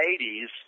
80s